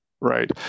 Right